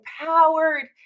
empowered